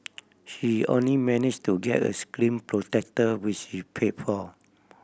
she only manage to get a screen protector which she paid for